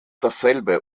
dasselbe